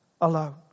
alone